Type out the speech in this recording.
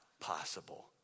possible